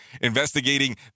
investigating